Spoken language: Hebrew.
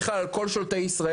בכלל על כל שופטי ישראל,